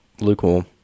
Lukewarm